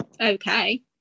okay